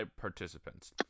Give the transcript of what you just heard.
participants